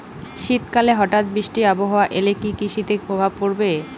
শীত কালে হঠাৎ বৃষ্টি আবহাওয়া এলে কি কৃষি তে প্রভাব পড়বে?